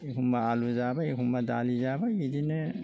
एखम्बा आलु जाबाय एखम्बा दालि जाबाय बिदिनो